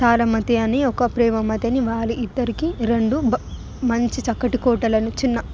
తారామతి అని ఒక ప్రేమామతి అని వాళ్ళిద్దరికీ రెండు మంచి చక్కటి కోటలను చిన్న